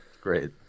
Great